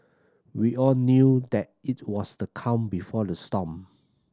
we all knew that it was the calm before the storm